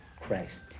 Christ